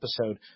episode